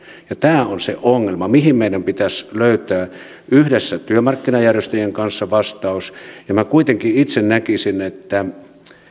ja tämä on se ongelma mihin meidän pitäisi löytää yhdessä työmarkkinajärjestöjen kanssa vastaus minä kuitenkin itse näkisin että